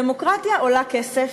דמוקרטיה עולה כסף,